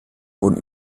wurden